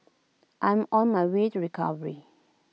I am on my way to recovery